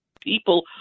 people